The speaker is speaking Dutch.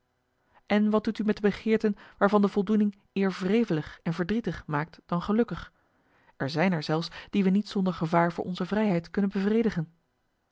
en wat doet u met de begeerten waarvan de voldoening eer wrevelig en verdrietig maakt dan gelukkig er zijn er zelfs die we niet zonder gevaar voor onze vrijheid kunnen bevredigen